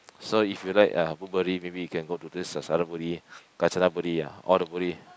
so if you like uh Buri maybe you can go to this a Suphan-Buri Kanchanaburi ah all the buri